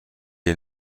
est